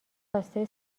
کاسه